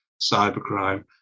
cybercrime